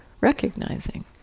recognizing